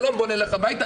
שלום בוא נלך הביתה,